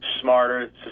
smarter